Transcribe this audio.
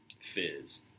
fizz